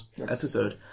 episode